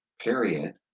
period